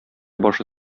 башы